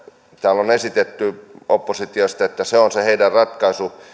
täällä on esitetty oppositiosta että se on se heidän ratkaisunsa